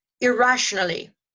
irrationally